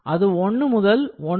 அது 1 முதல் 1